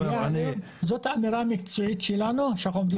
זאת האמירה המקצועית שלנו שאנחנו עומדים מאחוריה.